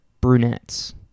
brunettes